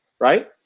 right